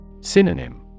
Synonym